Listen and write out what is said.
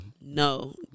No